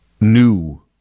new